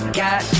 got